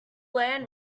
land